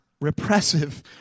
repressive